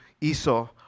Esau